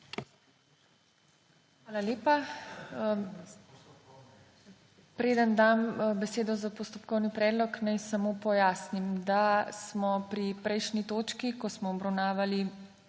Hvala lepa. Preden dam besedo za postopkovni predlog, naj samo pojasnim, da sem pri prejšnji točki dovolila